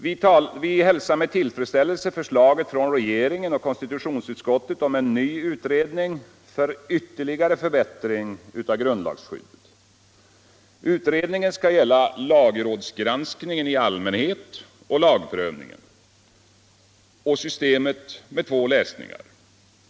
Vi hälsar med tillfredsställelse förslaget från regeringen och konstitutionsutskottet om en ny utredning för ytterligare förbättring av grundlagsskyddet. Utredningen skall gälla lagrådsgranskningen i allmänhet och lagprövningen samt systemet med två läsningar.